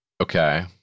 Okay